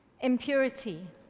Impurity